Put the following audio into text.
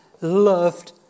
loved